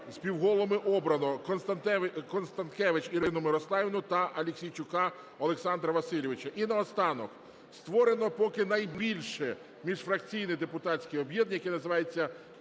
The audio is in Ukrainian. Співголовами обрано Констанкевич Ірину Мирославівну та Аліксійчука Олександра Васильовича. І наостанок. Створено поки найбільше міжфракційне депутатське об'єднання, яке називається "Цінності,